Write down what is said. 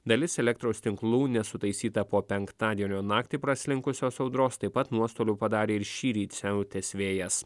dalis elektros tinklų nesutaisyta po penktadienio naktį praslinkusios audros taip pat nuostolių padarė ir šįryt siautęs vėjas